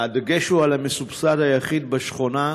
והדגש הוא על "המסובסד היחיד בשכונה"